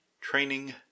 training